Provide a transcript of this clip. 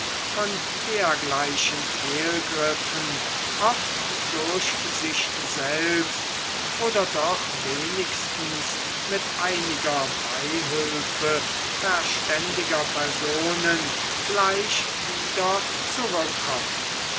von dergleichen fehlgriffen oft durch sich selbst oder doch wenigstens mit einiger beihülfe verständiger personen gleich wieder zurückkommt